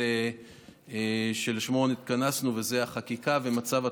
זה, בוודאי.